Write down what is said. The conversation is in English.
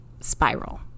spiral